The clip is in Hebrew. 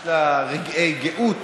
יש לה רגעי גאות,